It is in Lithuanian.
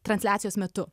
transliacijos metu